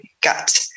gut